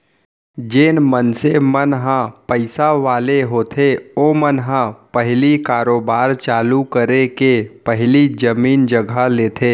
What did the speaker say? जेन मनसे मन ह पइसा वाले होथे ओमन ह पहिली कारोबार चालू करे के पहिली जमीन जघा लेथे